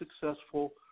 successful